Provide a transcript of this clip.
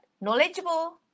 Knowledgeable